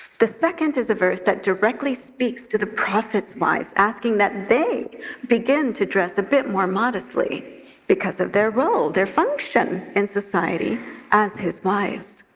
the second is a verse that directly speaks to the prophet's wives, asking that they begin to dress a bit more modestly because of their role, their function in society as his wives.